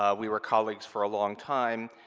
ah we were colleagues for a long time.